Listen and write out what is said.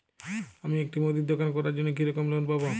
আমি একটি মুদির দোকান করার জন্য কি রকম লোন পাব?